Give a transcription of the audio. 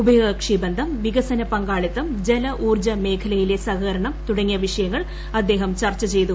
ഉഭയകക്ഷിബന്ധം വികസന പങ്കാളിത്തം ജല ഊർജ്ജ മേഖലയിലെ സഹകരണം തുടങ്ങിയ വിഷയങ്ങൾ അദ്ദേഹം ചർച്ച ചെയ്തു